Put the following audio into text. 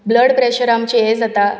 blood pressure आमचें हें जाता